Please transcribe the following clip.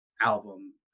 album